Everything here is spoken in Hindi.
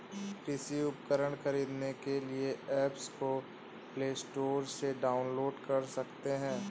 कृषि उपकरण खरीदने के लिए एप्स को प्ले स्टोर से डाउनलोड कर सकते हैं